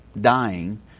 dying